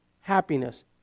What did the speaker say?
happiness